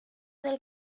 del